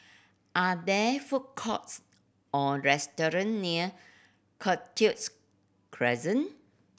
are there food courts or restaurant near Cactus Crescent